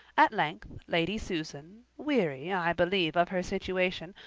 at length lady susan, weary, i believe, of her situation,